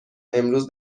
امروز